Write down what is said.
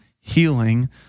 healing